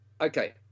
okay